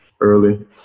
early